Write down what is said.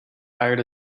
hired